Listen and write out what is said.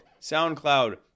soundcloud